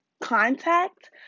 Contact